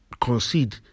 concede